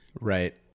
right